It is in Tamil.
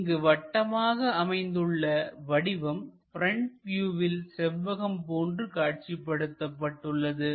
இங்கு வட்டமாக அமைந்துள்ள வடிவம் ப்ரெண்ட் வியூவில் செவ்வகம் போன்று காட்சிப்படுத்தப்பட்டுள்ளது